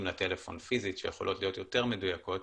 לטלפון פיזית שיכולות להיות יותר מדויקות,